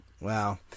Wow